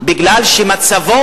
כי מצבו,